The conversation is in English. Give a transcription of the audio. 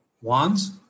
wands